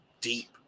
deep